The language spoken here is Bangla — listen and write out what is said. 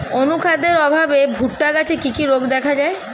অনুখাদ্যের অভাবে ভুট্টা গাছে কি কি রোগ দেখা যায়?